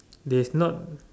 theirs not